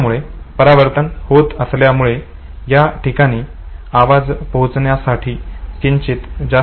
त्यामुळे परावर्तन तयार होत असल्यामुळे याठिकाणी आवाज पोहोचण्यासाठी किंचित जास्त वेळ लागतो